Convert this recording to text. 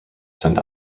send